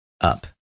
up